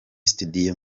studio